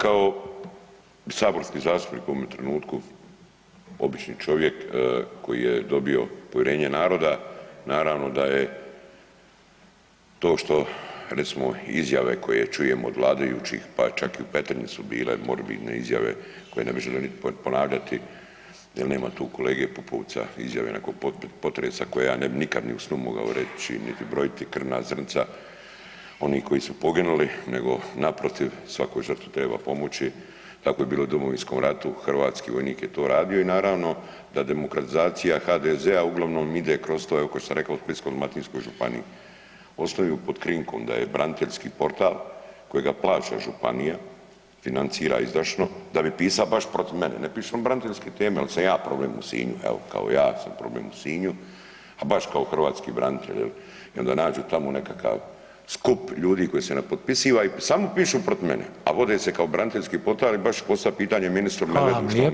Ja kao saborski zastupnik u ovome trenutku, obični čovjek koji je dobio povjerenje naroda naravno da je to što recimo izjave koje čujem od vladajućih pa čak i u Petrinji su bile morbidne izjave koje ne bi želio niti ponavljati jer nema tu kolega Pupovca, izjave nakon potresa koje ja ne bi nikad ni u snu mogao reći, niti brojiti krvna zrnca onih koji su poginuli nego naprotiv svakoj žrtvi treba pomoći, tako je bilo u Domovinskom ratu hrvatski vojnik je to radio i naravno da demokratizacija HDZ-a uglavnom ide kroz to evo ko što sam rekao u Splitsko-dalmatinskoj županiji posluju pod krinkom da je braniteljski portal kojega plaća županija, financira izdašno da bi pisa baš protiv mene, ne piše on braniteljske teme onda sam ja problem u Sinju, evo kao ja sam problem u Sinju a baš kao hrvatski branitelj jel i onda nađu tamo nekakav skup ljudi koji se ne potpisiva i samo pišu protiv mene, a vode se kao braniteljski portal i baš ću postaviti pitanje ministru da vidim [[Upadica: Hvala vam lijep.]] šta on misli o tome.